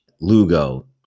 Lugo